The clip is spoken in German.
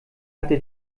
hatte